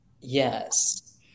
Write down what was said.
Yes